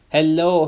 Hello